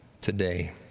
today